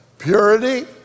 Purity